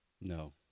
No